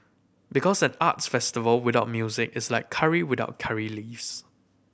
because an arts festival without music is like curry without curry leaves